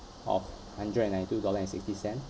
of hundred and nine two dollar and sixty cents